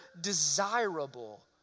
desirable